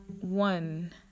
one